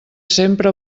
sempre